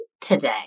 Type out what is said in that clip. today